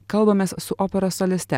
kalbamės su operos soliste